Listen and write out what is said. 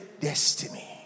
destiny